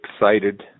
excited